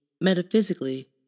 Metaphysically